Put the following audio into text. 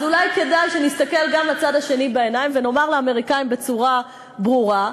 אז אולי כדאי שנסתכל גם לצד השני בעיניים ונאמר לאמריקנים בצורה ברורה: